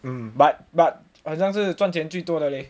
but but 好像是赚钱最多的:hao xiangshi zhuan qian zui duo de leh